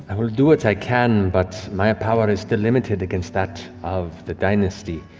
and will do what i can, but my power is still limited against that of the dynasty.